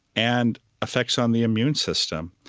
and effects on the immune system.